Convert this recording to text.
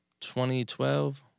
2012